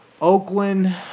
Oakland